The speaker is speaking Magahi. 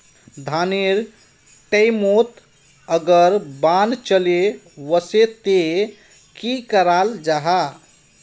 धानेर टैमोत अगर बान चले वसे ते की कराल जहा?